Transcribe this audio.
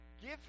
give